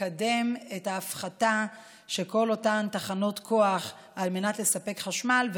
לקדם את ההפחתה של כל אותן תחנות כוח על מנת לספק חשמל,